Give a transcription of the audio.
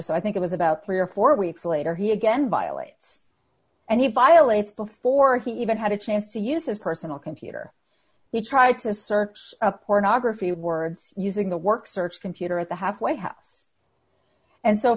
so i think it was about three or four weeks later he again violates and he violates before he even had a chance to use his personal computer he tried to search a pornography words using the work search computer at the halfway house and so